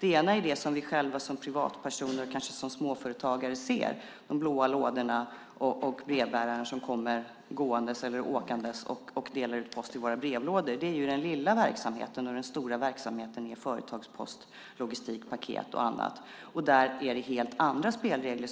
Vi har ju det som vi själva som privatpersoner eller kanske som småföretagare ser - de blå lådorna och brevbäraren som kommer gående eller åkande för att dela ut post i våra brevlådor. Det är den lilla verksamheten. Den stora verksamheten är företagspost, logistik, paket och annat. Där gäller helt andra spelregler.